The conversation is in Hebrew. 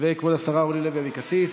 וכבוד השרה אורלי לוי אבקסיס.